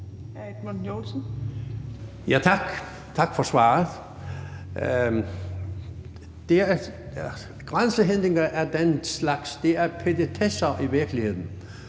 Tak. Tak for svaret. Grænsehindringer af den slags er i virkeligheden